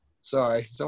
sorry